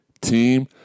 Team